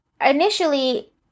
initially